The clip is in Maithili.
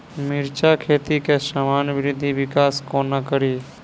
मिर्चा खेती केँ सामान्य वृद्धि विकास कोना करि?